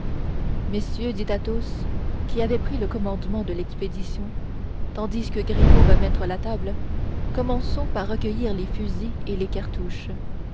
messieurs dit athos qui avait pris le commandement de l'expédition tandis que grimaud va mettre la table commençons par recueillir les fusils et les cartouches